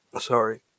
Sorry